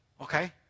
okay